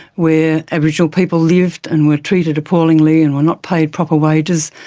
where aboriginal people lived and were treated appallingly and were not paid proper wages.